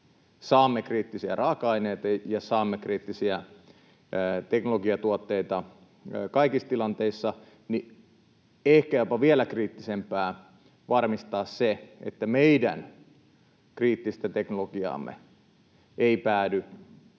saamme kriittisiä raaka-aineita ja saamme kriittisiä teknologiatuotteita kaikissa tilanteissa, niin ehkä jopa vielä kriittisempää on varmistaa, että meidän kriittistä teknologiaamme ei päädy